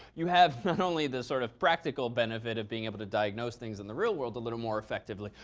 you have not only the sort of practical benefit of being able to diagnose things in the real world a little more effectively,